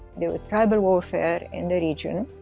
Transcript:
there was tribal warfare in the region.